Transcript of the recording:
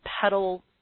pedal